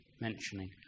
mentioning